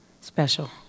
special